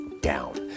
down